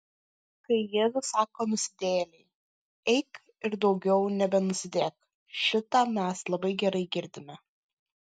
kai jėzus sako nusidėjėlei eik ir daugiau nebenusidėk šitą mes labai gerai girdime